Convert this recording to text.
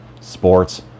sports